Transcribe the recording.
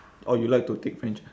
orh you like to take french ah